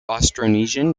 austronesian